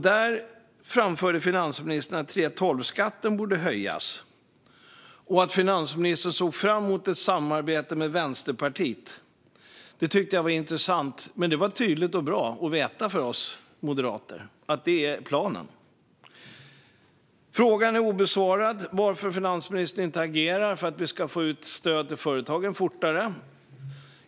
Där framförde finansministern att 3:12-skatten borde höjas och att hon såg fram emot ett samarbete med Vänsterpartiet. Det tyckte jag var intressant. Det var tydligt och bra att veta för oss moderater att det är planen. Frågan varför finansministern inte agerar för att vi fortare ska få ut stöd till företagen är obesvarad.